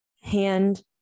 Hand